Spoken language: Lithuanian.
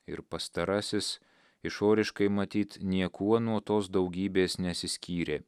ir pastarasis išoriškai matyt niekuo nuo tos daugybės nesiskyrė